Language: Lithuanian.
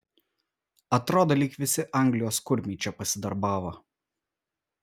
atrodo lyg visi anglijos kurmiai čia pasidarbavo